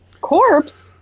Corpse